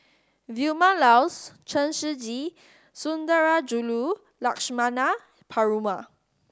Vilma Laus Chen Shiji Sundarajulu Lakshmana Perumal